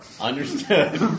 Understood